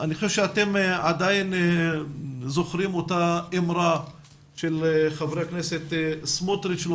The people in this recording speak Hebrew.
אני חושב שאתם עדיין זוכרים את האמרה של חבר הכנסת סמוטריץ' לא